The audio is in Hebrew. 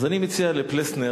אז אני מציע לפלסנר,